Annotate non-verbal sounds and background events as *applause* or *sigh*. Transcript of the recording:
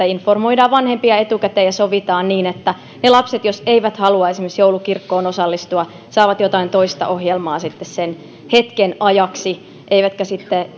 *unintelligible* informoidaan vanhempia etukäteen ja sovitaan että ne lapset jotka eivät halua esimerkiksi joulukirkkoon osallistua saavat jotain toista ohjelmaa sitten sen hetken ajaksi eivätkä